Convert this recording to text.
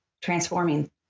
transforming